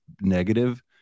negative